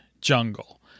jungle